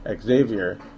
Xavier